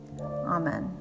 Amen